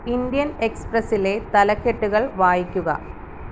Indian എക്സ്പ്രസ്സിലെ തലക്കെട്ടുകൾ വായിക്കുക